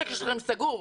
העסק שלכם סגור.